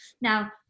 Now